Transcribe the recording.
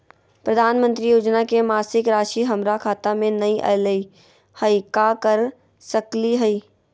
प्रधानमंत्री योजना के मासिक रासि हमरा खाता में नई आइलई हई, का कर सकली हई?